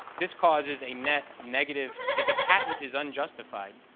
this causes a net negative if the patent is unjustified,